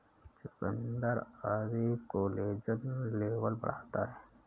चुकुन्दर आदि collagen level बढ़ाता है